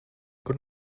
kur